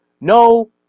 no